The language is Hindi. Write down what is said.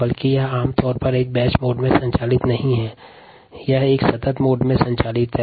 परंतु यह आम तौर पर बैच प्रणाली में संचालित नहीं होता है यह कंटीन्यूअस प्रणाली में संचालित होता है